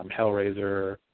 Hellraiser